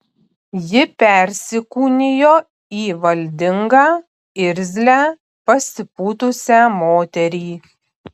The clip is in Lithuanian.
ji persikūnijo į valdingą irzlią pasipūtusią moterį